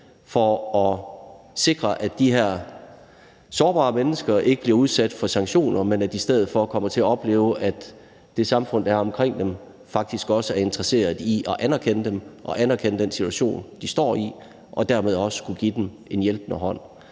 for at sikre, at de her sårbare mennesker ikke bliver udsat for sanktioner, men at de i stedet for kommer til at opleve, at det samfund, der er omkring dem, faktisk også er interesseret i at anerkende dem og anerkende den situation, de står i, og dermed også i at kunne give dem en hjælpende hånd.